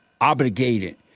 obligated